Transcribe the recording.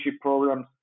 programs